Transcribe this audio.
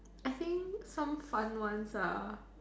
I think some fun ones are